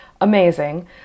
Amazing